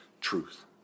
truth